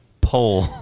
poll